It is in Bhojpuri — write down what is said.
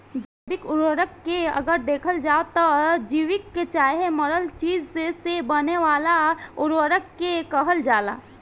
जैविक उर्वरक के अगर देखल जाव त जीवित चाहे मरल चीज से बने वाला उर्वरक के कहल जाला